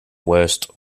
worst